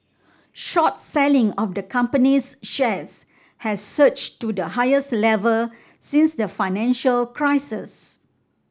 short selling of the company's shares has surged to the highest level since the financial crisis